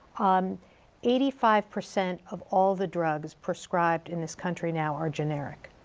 um eighty five percent of all the drugs prescribed in this country now are generic.